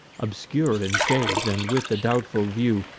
obscure in shades, and with a doubtful view,